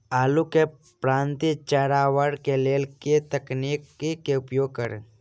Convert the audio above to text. आलु केँ पांति चरावह केँ लेल केँ तकनीक केँ उपयोग करऽ?